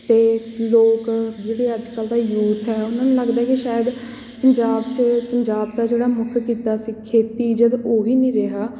ਅਤੇ ਲੋਕ ਜਿਹੜੇ ਅੱਜ ਕੱਲ੍ਹ ਦਾ ਯੂਥ ਹੈ ਉਨ੍ਹਾਂ ਨੂੰ ਲੱਗਦਾ ਹੈ ਕਿ ਸ਼ਾਇਦ ਪੰਜਾਬ 'ਚ ਪੰਜਾਬ ਦਾ ਜਿਹੜਾ ਮੁੱਖ ਕਿੱਤਾ ਸੀ ਖੇਤੀ ਜਦ ਉਹੀ ਨਹੀਂ ਰਿਹਾ